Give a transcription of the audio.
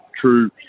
true